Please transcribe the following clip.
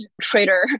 trader